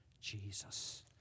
Jesus